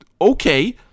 okay